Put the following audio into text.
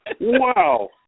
wow